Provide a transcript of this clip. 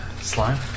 Slime